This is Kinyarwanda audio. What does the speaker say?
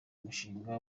umushinga